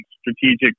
strategic